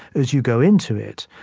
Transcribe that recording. as you go into it,